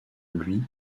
lui